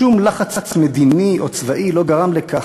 שום לחץ מדיני או צבאי לא גרם לכך,